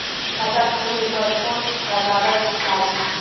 खाता खोले बर कौन का कागज लगही?